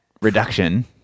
reduction